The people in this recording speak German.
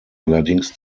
allerdings